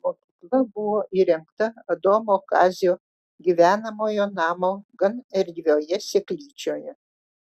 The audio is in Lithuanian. mokykla buvo įrengta adomo kazio gyvenamojo namo gan erdvioje seklyčioje